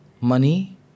money